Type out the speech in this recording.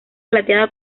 plateada